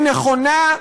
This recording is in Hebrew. שהיא נכונה,